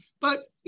but-